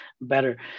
better